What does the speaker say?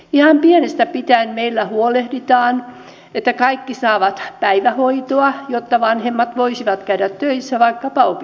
ihan pienestä pitäen meillä huolehditaan että kaikki saavat päivähoitoa jotta vanhemmat voisivat käydä töissä tai vaikkapa opiskella